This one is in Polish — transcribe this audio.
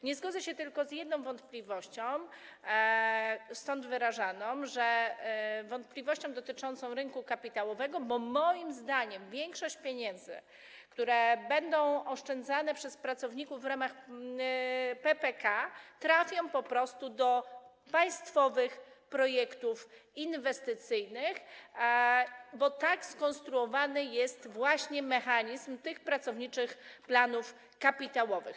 Nie zgodzę się tylko z jedną wątpliwością tu wyrażaną, wątpliwością dotyczącą rynku kapitałowego, bo moim zdaniem większość pieniędzy, które będą oszczędzane przez pracowników w ramach PPK, trafi po prostu do państwowych projektów inwestycyjnych, bo tak skonstruowany jest właśnie mechanizm tych pracowniczych planów kapitałowych.